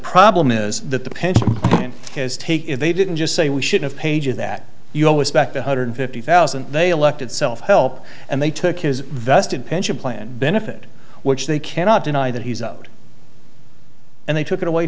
problem is that the pension is take if they didn't just say we should have pager that you always spec one hundred fifty thousand and they elected self help and they took his vested pension plan benefit which they cannot deny that he's owed and they took it away